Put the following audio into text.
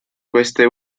queste